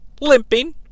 limping